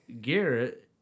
Garrett